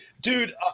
dude